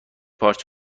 پارچ